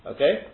Okay